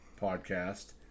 Podcast